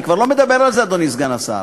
אני כבר לא מדבר על זה, אדוני סגן השר.